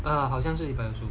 哦好像是一般 also